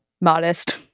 modest